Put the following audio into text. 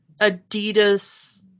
Adidas